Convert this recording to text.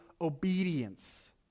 obedience